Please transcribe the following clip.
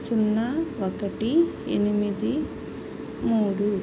సున్నా ఒకటి ఎనిమిది మూడు